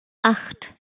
acht